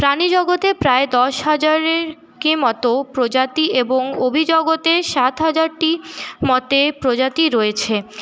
প্রাণী জগতে প্রায় দশ হাজারের কি মত প্রজাতি এবং অভিজগতে সাত হাজারটি মতে প্রজাতি রয়েছে